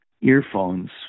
earphones